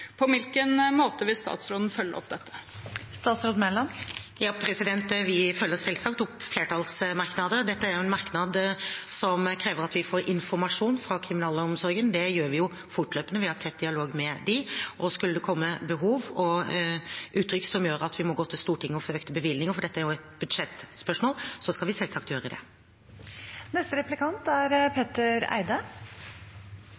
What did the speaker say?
På hvilken måte vil statsråden følge opp dette? Vi følger selvsagt opp flertallsmerknader. Dette er en merknad som krever at vi får informasjon fra kriminalomsorgen. Det gjør vi fortløpende, vi har tett dialog med dem. Skulle det komme behov og uttrykk for det, som gjør at vi må gå til Stortinget for å få økte bevilgninger – dette er jo et budsjettspørsmål – skal vi selvsagt gjøre det. Besøk av familie i fengsler er